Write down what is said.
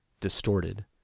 distorted